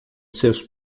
seus